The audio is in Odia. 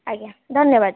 ଆଜ୍ଞା ଧନ୍ୟବାଦ